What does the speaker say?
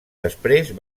després